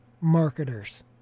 marketers